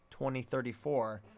2034